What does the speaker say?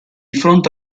fronte